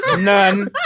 None